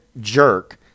jerk